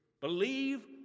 Believe